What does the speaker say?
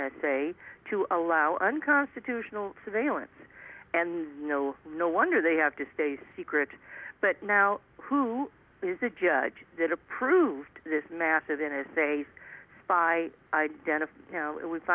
n s a to allow unconstitutional surveillance and no no wonder they have to stay secret but now who is the judge that approved this massive it is a spy identify you know it was